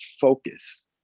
focus